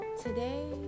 Today